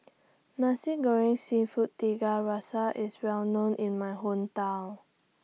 Nasi Goreng Seafood Tiga Rasa IS Well known in My Hometown